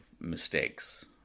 mistakes